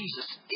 Jesus